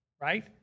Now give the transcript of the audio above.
right